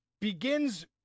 begins